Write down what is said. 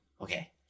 Okay